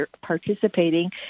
participating